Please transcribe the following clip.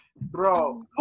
Bro